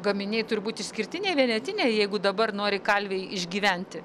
gaminiai turi būti išskirtiniai vienetiniai jeigu dabar nori kalviai išgyventi